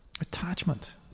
Attachment